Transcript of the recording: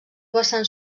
vessant